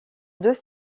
deux